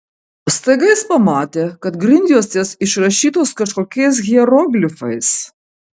staiga jis pamatė kad grindjuostės išrašytos kažkokiais hieroglifais